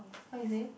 what you say